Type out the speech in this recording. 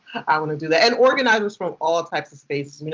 i want to do that. and organizers from all types of spaces.